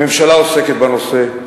הממשלה עוסקת בנושא,